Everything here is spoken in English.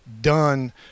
done